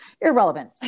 irrelevant